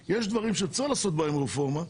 יש דברים שצריך לעשות בהם רפורמה,